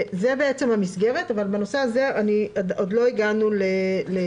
זו המסגרת, אבל בנושא הזה עוד לא הגענו להסכמה.